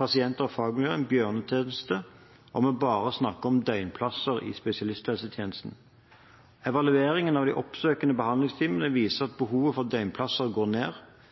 pasientene og fagmiljøene en bjørnetjeneste om vi bare snakker om døgnplasser i spesialisthelsetjenesten. Evaluering av de oppsøkende behandlingsteamene viser at behovet for døgnplasser går ned